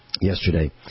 yesterday